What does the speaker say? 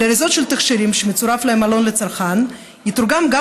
על אריזות של תכשירים שמצורף להם עלון לצרכן יתורגם גם